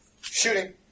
Shooting